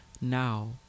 Now